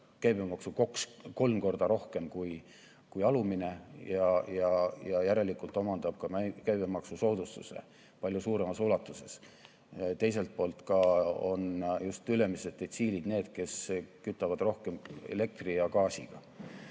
käibemaksu kolm korda rohkem kui alumine ja järelikult omandab ka käibemaksusoodustuse palju suuremas ulatuses. Teiselt poolt on just ülemised detsiilid need, kes kütavad rohkem elektri ja gaasiga,